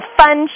fun